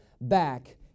back